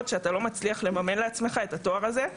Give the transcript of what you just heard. שאתה לא מצליח לממן בעצמך את התואר הזה,